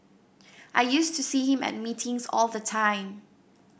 I used to see him at meetings all the time